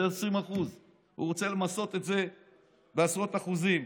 זה 20%. הוא רוצה למסות את זה בעשרות אחוזים.